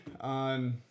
on